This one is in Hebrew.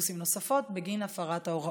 אוטובוסים נוספות בגין הפרת ההוראות.